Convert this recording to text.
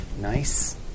nice